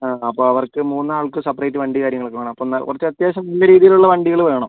ആ അപ്പോൾ അവർക്ക് മൂന്നാൾക്കും സെപ്പറേറ്റ് വണ്ടിയും കാര്യങ്ങളൊക്കെ വേണം അപ്പോൾ ഒന്ന് കുറച്ച് അത്യാവശ്യം നല്ല രീതിയിലുള്ള വണ്ടികൾ വേണം